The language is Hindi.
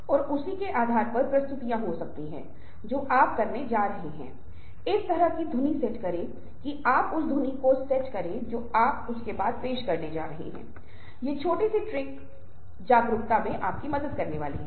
तो इशारे फिर से आपके शरीर को धारण करने के तरीके के साथ जिस तरह से आप सुस्त हैं और जिस तरह से आप आगे झुकते हैं ये चीजें बहुत महत्वपूर्ण भूमिका निभाती हैं